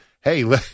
hey